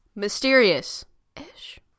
mysterious-ish